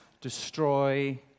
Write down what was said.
destroy